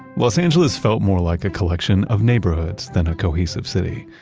los angeles felt more like a collection of neighborhoods than a cohesive city.